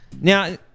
Now